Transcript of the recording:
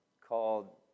called